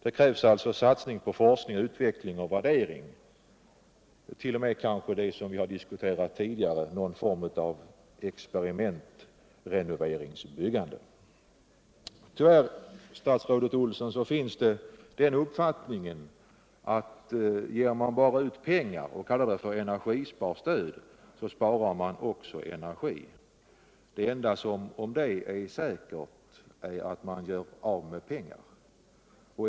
Det krävs alltså satsning på forskning och utveckling samt värdering, kanske 1. o. m. av det som vi diskuterat tidigare, nämligen någon form av experimentrenoveringsbyggande. Tyvärr, statsrådet Olsson, förekommer den uppfattningen att ger man bara ut pengar och kallar dem för energisparstöd, så sparar man också energi. Det enda som man säkert kan säga om det förfarandet är att man vet att man gör av med pengar.